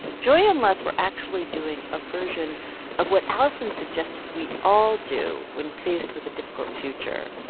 joy and les were actually doing a version of what alison suggested we all do when faced with a difficult future.